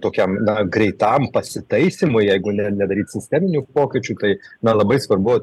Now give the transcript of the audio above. tokiam na greitam pasitaisymui jeigu ne nedaryt sisteminių pokyčių tai na labai svarbu